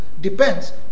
depends